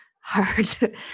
hard